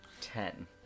Ten